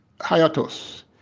hiatus